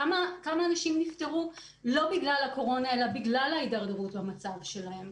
כמה אנשים נפטרו לא בגלל הקורונה אלא בגלל ההידרדרות במצב שלהם?